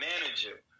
manager